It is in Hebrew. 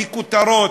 וכותרות.